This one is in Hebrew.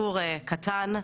קטן.